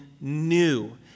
new